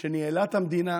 שניהלה את המדינה,